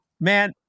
Man